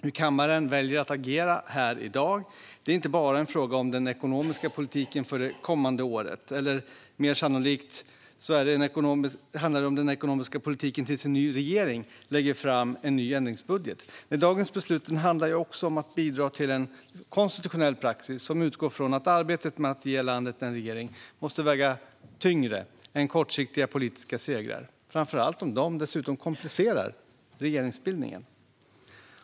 Hur kammaren väljer att agera här i dag är inte bara en fråga om den ekonomiska politiken för det kommande året, eller mer sannolikt den ekonomiska politiken tills en ny regering lägger fram en ändringsbudget, utan dagens beslut handlar också om att bidra till en konstitutionell praxis som utgår från att arbetet med att ge landet en regering måste väga tyngre än kortsiktiga politiska segrar, framför allt om dessa dessutom komplicerar regeringsbildningen.